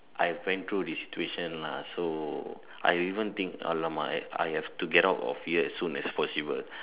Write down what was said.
I've went through this situation lah so I even think !alamak! I I have to get out of here as soon as possible